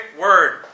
word